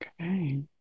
Okay